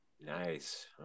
Nice